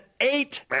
eight